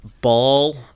ball